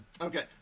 okay